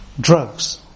drugs